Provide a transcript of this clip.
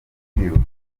kwiruka